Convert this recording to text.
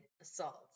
assault